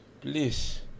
please